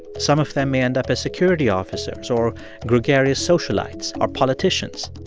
some of them may end up as security officers or gregarious socialites or politicians.